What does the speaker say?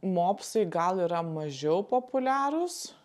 mopsai gal yra mažiau populiarūs